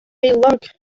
heulog